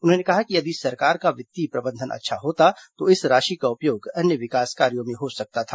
उन्होंने कहा कि यदि सरकार का वित्तीय प्रबंधन अच्छा होता तो इस राशि का उपयोग अन्य विकास कार्यों में हो सकता था